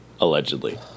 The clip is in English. Allegedly